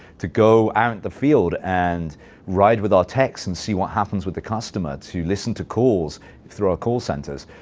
to go out into the field and ride with our techs and see what happens with the customer, to listen to calls through our call centers.